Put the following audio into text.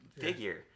figure